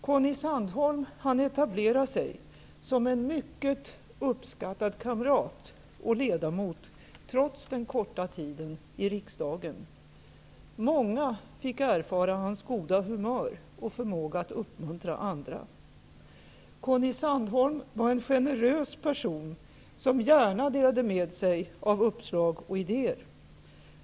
Conny Sandholm hann etablera som en mycket uppskattad kamrat och ledamot, trots den korta tiden i riksdagen. Många fick erfara hans goda humör och förmåga att uppmuntra andra. Conny Sandholm var en generös person, som gärna delade med sig av uppslag och idéer.